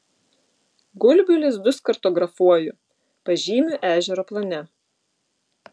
gulbių lizdus kartografuoju pažymiu ežero plane